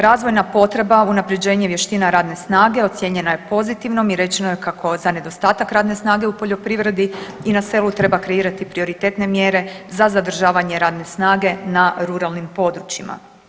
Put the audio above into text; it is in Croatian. Razvojna potreba unaprjeđenje vještina radne snage ocijenjena je pozitivnom i rečeno je kako za nedostatak radne snage u poljoprivredi i na selu treba kreirati prioritetne mjere za zadržavanje radne snage na ruralnim područjima.